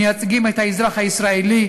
מייצגים את האזרח הישראלי,